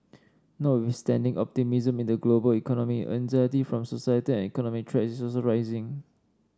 notwithstanding optimism in the global economy anxiety from societal and economic threats is also rising